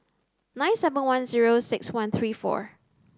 nine seven one zero six one three four